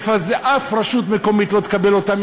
ואף רשות מקומית לא תקבל אותם,